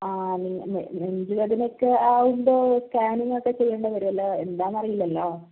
ആ നെഞ്ച് വേദനയൊക്കെ ആവുമ്പോൾ സ്കാനിങ്ങ് ഒക്കെ ചെയ്യേണ്ടി വരും വല്ല എന്താണെന്ന് അറിയില്ലല്ലോ